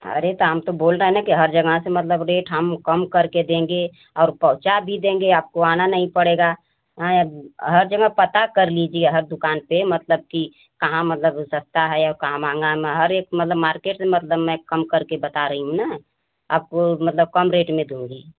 अरे तो हम तो बोल रहे है न की हर जगह से मतलब रेट हम कम करके देंगे और पहुँचा भी देंगे आपको आना नहीं पड़ेगा हर जगह से पता कर लीजिए हर दुकान पे मतलब की कहाँ मतलब की सस्ता है कहाँ महंगा है हरेक मतलब मार्केट से मतबल कम करके बता रही हूँ न आपको कम रेट करके दूँगी